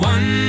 One